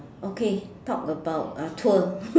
okay talk about ah tour